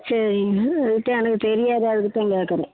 சரிங்க அதுக்கு தான் எனக்கு தெரியாது அதுக்கு தான் கேட்கறேன்